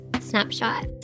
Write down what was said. snapshot